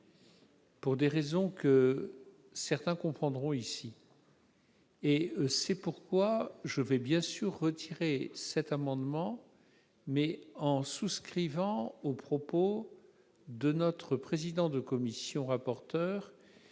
pour des raisons que certains comprendront ici. C'est pourquoi je vais, bien sûr, retirer cet amendement, mais en souscrivant aux propos de notre président-rapporteur,